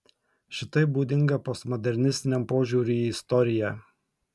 šitai būdinga postmodernistiniam požiūriui į istoriją